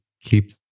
keep